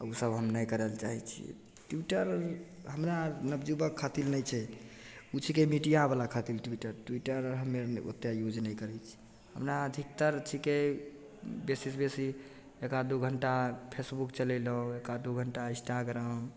ओसब हम नहि करै ले चाहै छिए ट्विटर हमरा नवयुवक खातिर नहि छै ओ छिकै मीडिआवला खातिर ट्विटर ट्विटर हमे आओर ओतेक यूज नहि करै छिए हमरा अधिकतर छिकै बेसीसे बेसी एक आध दुइ घण्टा फेसबुक चलेलहुँ एक आध दुइ घण्टा इन्स्टाग्राम